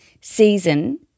season